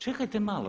Čekajte malo.